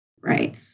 Right